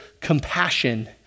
compassion